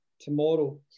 tomorrow